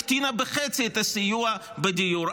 שבפועל הקטינה בחצי את הסיוע בדיור.